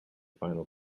final